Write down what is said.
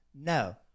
no